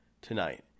tonight